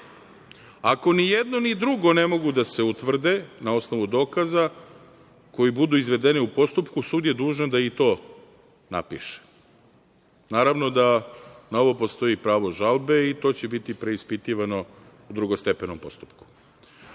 Ako nijedno ni drugo ne mogu da se utvrde na osnovu dokaza koji budu izvedeni u postupku, sud je dužan da i to napiše. Naravno da na ovo postoji pravo žalbe i to će biti preispitivano u drugostepenom postupku. Koliko